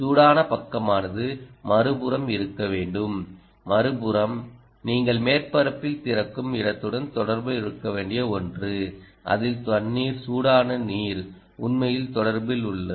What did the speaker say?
சூடான பக்கமானது மறுபுறம் இருக்க வேண்டும் மறுபுறம் நீங்கள் மேற்பரப்பில் திறக்கும் இடத்துடன் தொடர்பில் இருக்க வேண்டிய ஒன்று அதில் தண்ணீர் சூடான நீர் உண்மையில் தொடர்பில் உள்ளது